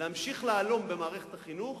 להמשיך להלום במערכת החינוך,